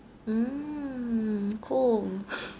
mm cool